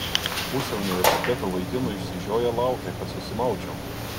pusė universiteto vaikinų išsižioję laukia kad susimaučiau